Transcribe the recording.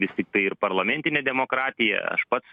vis tiktai ir parlamentinė demokratija aš pats